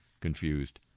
confused